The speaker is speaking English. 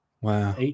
Wow